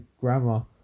Grammar